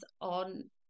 on